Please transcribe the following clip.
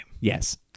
Yes